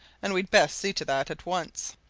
and we'd best see to that at once.